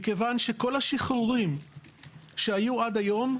מכיוון שכל השחרורים שהיו עד היום,